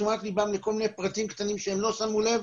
תשומת ליבם לכל מיני פרטים קטנים שהם לא שמו לב,